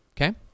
okay